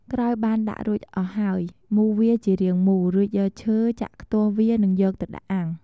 ក្រោយបានដាក់រួចអស់ហើយ មូរវាជារាងមូល រួចយកឈើចាក់ខ្ទាស់វានិងយកទៅដាក់អាំង។